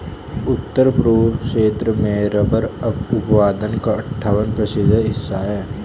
उत्तर पूर्व क्षेत्र में रबर उत्पादन का अठ्ठावन प्रतिशत हिस्सा है